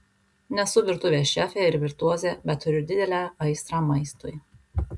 nesu virtuvės šefė ir virtuozė bet turiu didelę aistrą maistui